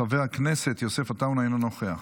חבר הכנסת יוסף עטאונה, אינו נוכח.